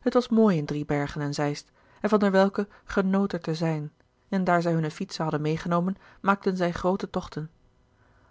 het was mooi in driebergen en zeist en van der welcke genoot er te zijn en daar zij hunne fietsen hadden meêgenomen maakten zij groote tochten